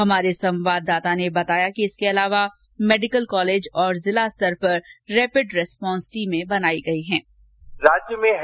हमारे संवाददाता ने बताया कि इसके अलावा मेडिकल कॉलेज और जिला स्तर पर रेपिड रेस्पॉन्स टीमें बनाई गई है